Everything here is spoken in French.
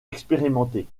expérimentés